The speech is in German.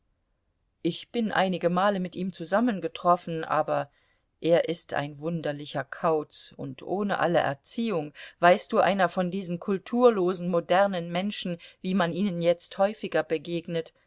ich bin einige male mit ihm zusammengetroffen aber er ist ein wunderlicher kauz und ohne alle erziehung weißt du einer von diesen kulturlosen modernen menschen wie man ihnen jetzt häufig begegnet